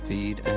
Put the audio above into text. Feed